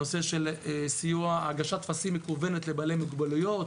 הנושא של הגשת טפסים מקוונת לבעלי מוגבלויות,